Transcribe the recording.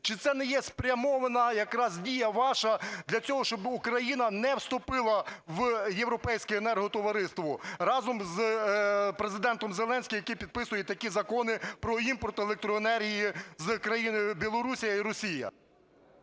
чи це не є спрямована якраз дія ваша для цього, щоб Україна не вступила в Європейське енерготовариство разом з Президентом Зеленським, який підписує такі закони про імпорт електроенергії з країн Білорусі і Росії?